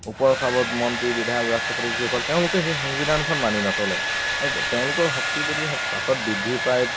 ওপৰ খাপত মন্ত্ৰী বিধায়ক ৰাষ্ট্ৰপতি যিসকল তেওঁলোকে সেই সংবিধানখন মানি নচলে আৰু তেওঁলোকৰ শক্তি যদি পাছত বৃদ্ধি পায়